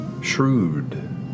shrewd